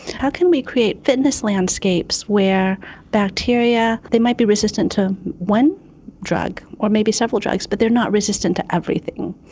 how can we create fitness landscapes where bacteria, they might be resistant to one drug or maybe several drugs, but they are not resistant to everything.